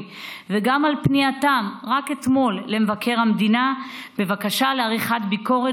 וגם על פנייתם רק אתמול למבקר המדינה בבקשה לעריכת ביקורת